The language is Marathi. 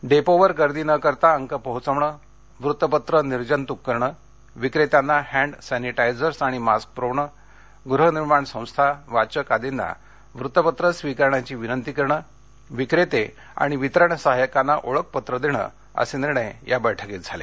डेपोवर गर्दी न करता अंक पोहचवणं वृत्तपत्रे निर्जंतूक करणं विक्रेत्यांना इँड सॅनिटायझर्स आणि मास्क पूरवणे गृहनिर्माण संस्था वाचक आदींना वृत्तपत्रे स्वीकारण्याची विनंती करणं विक्रेते आणि वितरण सहाय्यकांना ओळखपत्रे देणं असे निर्णय या बैठकीत झाले